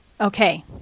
Okay